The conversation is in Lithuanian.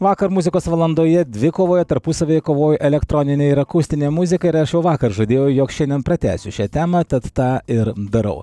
vakar muzikos valandoje dvikovoje tarpusavyje kovojo elektroninė ir akustinė muzika ir aš jau vakar žadėjau jog šiandien pratęsiu šią temą tad tą ir darau